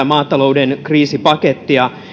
maatalouden kriisipakettia vuonna